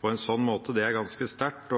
på en sånn måte, er ganske sterkt.